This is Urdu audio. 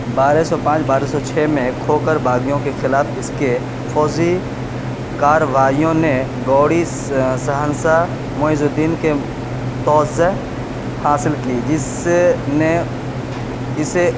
بارہ سو پانچ بارہ سو چھ میں کھوکر باغیوں کے خلاف اس کے فوجی کارروائیوں نے گوڑی شہنشاہ معیظ الدین کے توجہ حاصل کی جس سے نے اسے